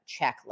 checklist